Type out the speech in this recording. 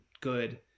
good